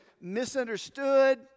misunderstood